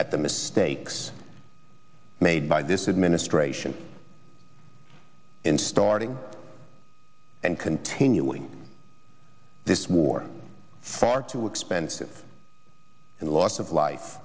at the mistakes made by this administration in starting and continuing this war far too expensive and the loss of life